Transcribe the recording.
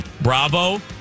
Bravo